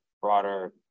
broader